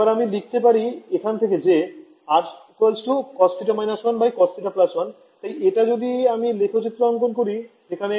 এবার আমি লিখতে পারি এখান থেকে যে R cos θ−1 cos θ1 তাই এটা যদি আমি লেখচিত্র অঙ্কন করি যেখানে